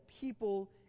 people